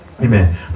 amen